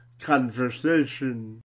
conversation